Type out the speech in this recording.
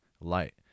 Light